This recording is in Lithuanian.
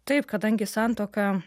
taip kadangi santuoka